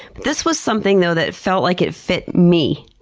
this was something though, that felt like it fit me.